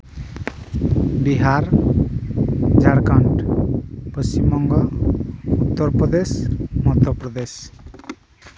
Bihar Jharkhand Paschimbanga Uttar Pradesh Madhya Pradesh